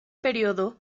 período